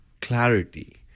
clarity